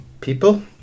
people